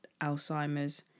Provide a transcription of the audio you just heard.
Alzheimer's